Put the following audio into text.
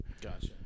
Gotcha